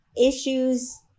issues